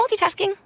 multitasking